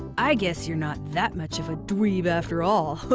i guess you're not that much of a dweeb after all.